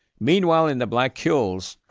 meanwhile in the black hills,